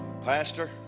pastor